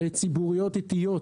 ציבוריות איטיות,